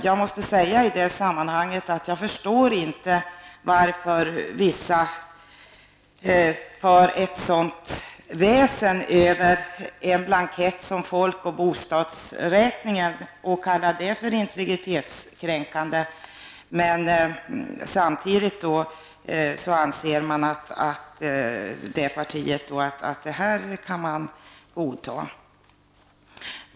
Jag förstår inte att man inom ett visst parti för ett sådant oväsen över folk och bostadsräkningen och kallar denna för integritetstänkande, när man samtidigt i det partiet anser att sådan här telefonavlyssning kan godtas.